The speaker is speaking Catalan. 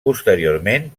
posteriorment